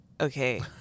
okay